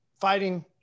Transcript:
fighting